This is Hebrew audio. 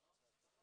אתי שבתאי,